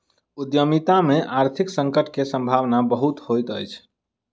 उद्यमिता में आर्थिक संकट के सम्भावना बहुत होइत अछि